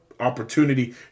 opportunity